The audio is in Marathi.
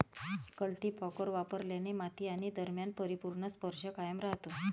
कल्टीपॅकर वापरल्याने माती आणि दरम्यान परिपूर्ण स्पर्श कायम राहतो